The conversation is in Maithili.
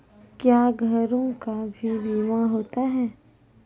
क्या घरों का भी बीमा होता हैं?